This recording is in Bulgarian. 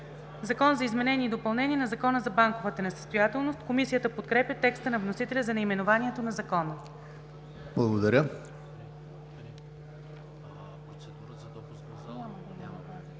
„Закон за изменение и допълнение на Закона за банковата несъстоятелност.“ Комисията подкрепя текста на вносителя за наименованието на Закона.